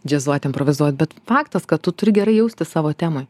džiazuot improvizuot bet faktas kad tu turi gerai jaustis savo temoj